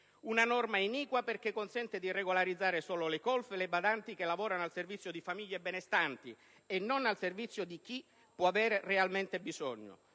Una norma iniqua, perché consente di regolarizzare solo le colf e le badanti che lavorano al servizio di famiglie benestanti, e non al servizio di chi può avere realmente bisogno;